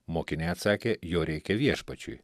mokiniai atsakė jo reikia viešpačiui